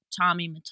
Tommy